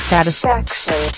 Satisfaction